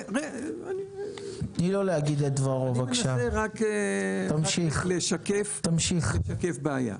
אני מנסה רק לשקף בעיה.